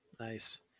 Nice